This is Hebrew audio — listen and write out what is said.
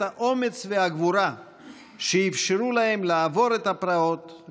האומץ והגבורה שאפשרו להם לעבור את הפרעות,